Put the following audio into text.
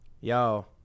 Yo